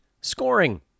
scoring